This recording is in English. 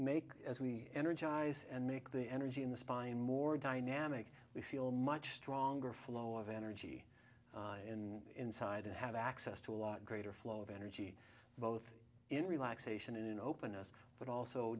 make as we energize and make the energy in the spine more dynamic we feel much stronger flow of energy in inside to have access to a lot greater flow of energy both in relaxation and openness but also